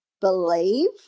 believe